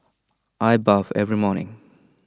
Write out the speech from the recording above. I bathe every morning